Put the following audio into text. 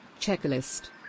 Checklist